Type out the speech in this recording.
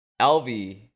alvi